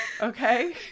Okay